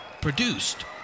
produced